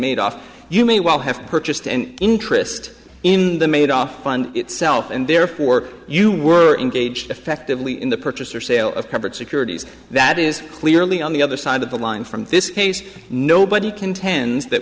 made off you may well have purchased an interest in the made up fund itself and therefore you were engaged effectively in the purchase or sale of covered securities that is clearly on the other side of the line from the nobody contends that